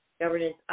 governance